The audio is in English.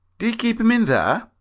do you keep him in there?